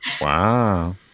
Wow